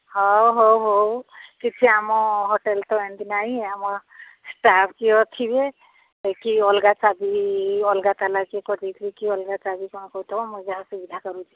ହଉ ହଉ ହଉ କିଛି ଆମ ହୋଟେଲ୍ ତ ଏମିତି ନାହିଁ ଆମ ଷ୍ଟାଫ୍ କିଏ ଥିବେ କି ଅଲଗା ଚାବି ଅଲଗା ତାଲା କିଏ କରିଦେଇଥିବେ କି ଅଲଗା ଚାବି କ'ଣ କରିଥିବ ମୁଁ ଯାହା ସୁବିଧା କରୁଛିି